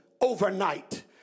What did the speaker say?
overnight